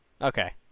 Okay